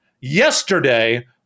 yesterday